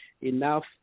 enough